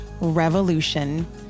revolution